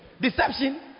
Deception